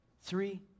Three